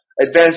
advanced